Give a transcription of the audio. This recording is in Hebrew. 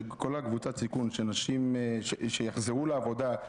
של כל קבוצת סיכון שאנשים יחזרו לעבודה.